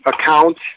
account